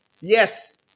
yes